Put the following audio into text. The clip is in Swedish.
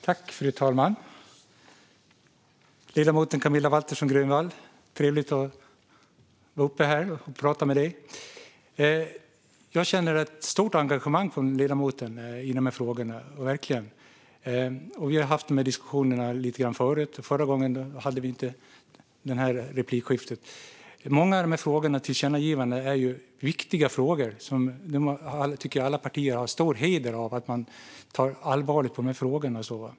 Fru talman! Det är trevligt att vara uppe här och prata med ledamoten Camilla Waltersson Grönvall. Jag känner ett stort engagemang från ledamoten i de här frågorna. Vi har haft dessa diskussioner förut; förra gången hade vi dock inte något replikskifte. Många av dessa frågor och tillkännagivanden är ju viktiga. Jag tycker att alla partier har stor heder av att de tar allvarligt på de här frågorna.